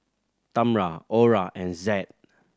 Tamra Orah and Zed